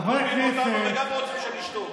חברי הכנסת, גם תוקפים אותנו וגם רוצים שנשתוק.